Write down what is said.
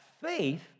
faith